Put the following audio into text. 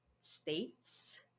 states